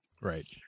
Right